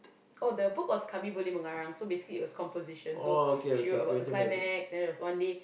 oh the book was kami boleh mengarang so basically it was composition so she wrote about the climax and then there was one day